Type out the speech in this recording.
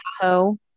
Tahoe